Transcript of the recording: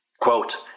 quote